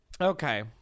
Okay